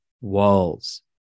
walls